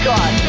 God